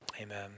Amen